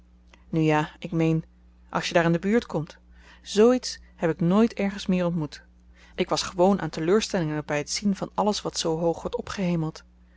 nu ja ik meen als je daar in de buurt komt z iets heb ik nooit ergens meer ontmoet ik was gewoon aan teleurstellingen by t zien van alles wat zoo hoog wordt opgehemeld